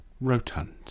rotund